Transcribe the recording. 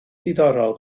diddorol